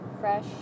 fresh